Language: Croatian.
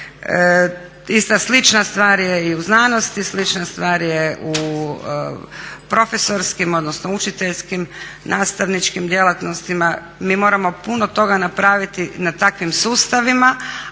Ista slična stvar je i u znanosti, slična stvar je profesorskim, odnosno učiteljskim, nastavničkim djelatnostima. Mi moramo puno toga napraviti na takvim sustavima